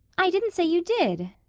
i didn't say you did.